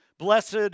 Blessed